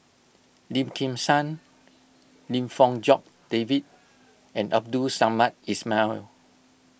Lim Kim San Lim Fong Jock David and Abdul Samad Ismail